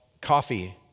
coffee